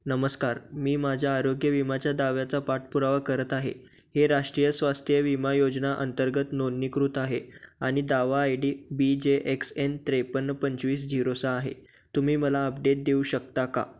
नमस्कार मी माझ्या आरोग्य विमाच्या दाव्याचा पाठपुरावा करत आहे हे राष्ट्रीय स्वास्थ्य विमा योजना अंतर्गत नोंदणीकृत आहे आणि दावा I D B J X N त्रेपन्न पंचवीस झिरो सहा आहे तुम्ही मला अपडेट देऊ शकता का